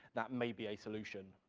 that may be a solution,